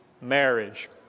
marriage